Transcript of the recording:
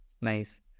nice